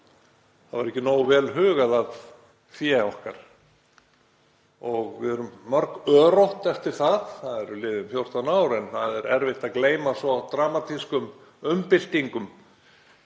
Það var ekki nógu vel hugað að fé okkar og við erum mörg örótt eftir. Það eru liðin 14 ár en það er erfitt að gleyma svo dramatískum umbyltingum.